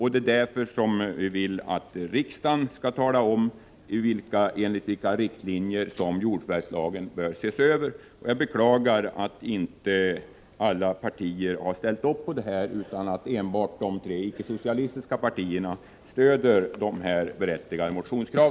Det är därför vi vill att riksdagen skall uttala enligt vilka riktlinjer jordförvärvslagen bör ses över. Jag beklagar att inte alla partier har ställt upp för detta utan att enbart de tre icke-socialistiska partierna stöder dessa berättigade motionskrav.